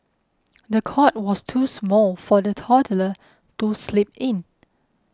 the cot was too small for the toddler to sleep in